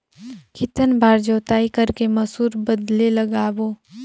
कितन बार जोताई कर के मसूर बदले लगाबो?